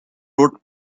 road